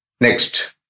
Next